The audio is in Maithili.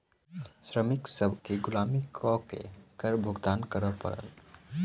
श्रमिक सभ केँ गुलामी कअ के कर भुगतान करअ पड़ल